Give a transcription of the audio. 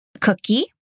cookie